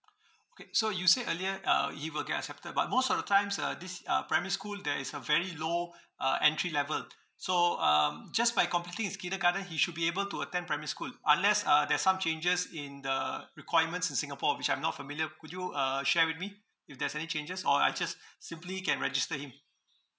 okay so you said earlier uh if I get accepted but most of the times uh these uh primary school there is a very low uh entry level so um just by completing his kindergarten he should be able to attend primary school unless uh there's some changes in the requirements in singapore which I'm not familiar could you uh share with me if there's any changes or I just simply can register him